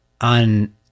on